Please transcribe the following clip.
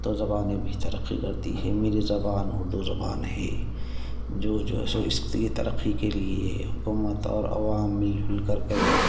تو زبانیں بھی ترقی کرتی ہیں میری زبان اردو زبان ہے جو جو ہے سو اس کی ترقی کے لیے حکومت اور عوام مل جل کر کرے